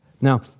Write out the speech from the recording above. Now